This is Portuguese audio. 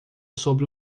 sobre